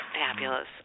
Fabulous